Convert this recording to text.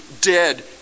dead